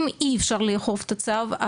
אם אי אפשר לאכוף את הצו,